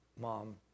mom